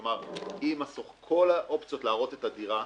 כלומר כל האופציות להראות את הדירה.